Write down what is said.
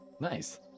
Nice